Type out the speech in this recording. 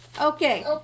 Okay